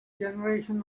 generation